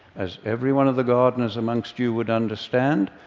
as every one of the gardeners amongst you would understand,